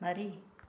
ꯃꯔꯤ